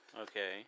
Okay